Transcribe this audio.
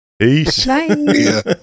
peace